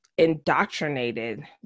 Indoctrinated